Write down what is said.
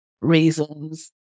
reasons